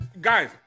Guys